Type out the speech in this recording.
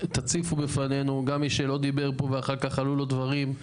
תציפו בפנינו גם מי שלא דיבר פה ואחר כך עלו לו דברים.